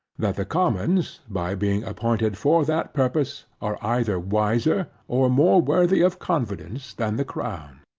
that the commons, by being appointed for that purpose, are either wiser or more worthy of confidence than the crown.